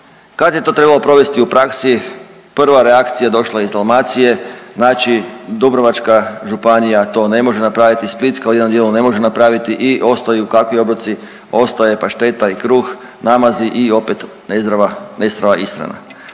Kad je to trebalo provesti u praksi prva reakcija došla je iz Dalmacije, znači Dubrovačka županija to ne može napraviti, Splitska u jednom dijelu ne može napraviti i ostaju kakvi obroci? Ostaje pašteta i kruh, namazi i opet nezdrava … ishrana.